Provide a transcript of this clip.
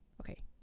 Okay